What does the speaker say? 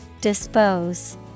Dispose